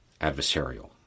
adversarial